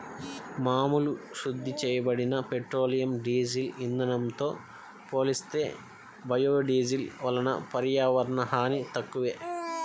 మామూలు శుద్ధి చేయబడిన పెట్రోలియం, డీజిల్ ఇంధనంతో పోలిస్తే బయోడీజిల్ వలన పర్యావరణ హాని తక్కువే